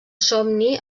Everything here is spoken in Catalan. somni